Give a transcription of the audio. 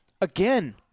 again